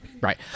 Right